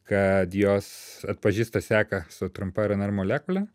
kad jos atpažįsta seką su trumpa rnr molekule